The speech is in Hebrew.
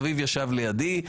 אביב ישב לידי,